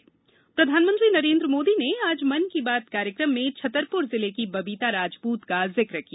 मन की बात एमपी प्रधानमंत्री नरेंद्र मोदी ने आज मन की बात कार्यक्रम में छतरपुर जिले की बबिता राजपूत का जिक्र किया